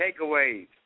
takeaways